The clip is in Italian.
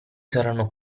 saranno